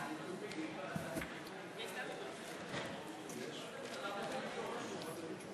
התוספת ולוח התיקונים,